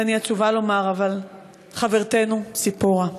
ואני עצובה לומר, חברתנו ציפורה.